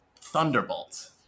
Thunderbolt